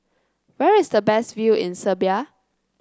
where is the best view in Serbia